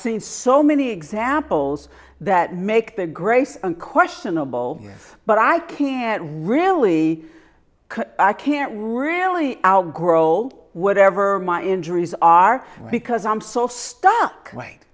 seen so many examples that make the grace unquestionable but i can't really i can't really out grow old whatever my injuries are because i'm so stuck